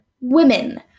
women